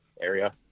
area